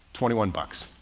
twenty one bucks.